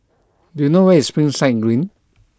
do you know where is Springside Green